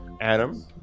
adam